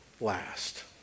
last